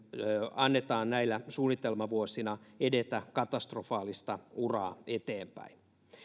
annetaan näinä suunnitelmavuosina edetä katastrofaalista uraa eteenpäin